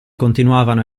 continuavano